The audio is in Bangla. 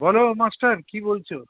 বলো মাস্টার কী বলছো